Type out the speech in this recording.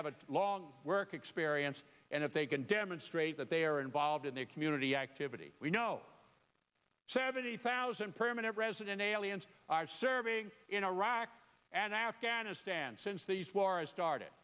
have a long work experience and if they can demonstrate that they are involved in their community activity we know seventy thousand permanent resident aliens are serving in iraq and afghanistan since these wars started